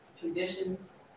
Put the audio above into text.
traditions